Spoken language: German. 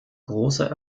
großer